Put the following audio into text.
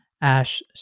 Ash